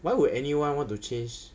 why would anyone want to change